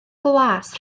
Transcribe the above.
glas